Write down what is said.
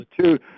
two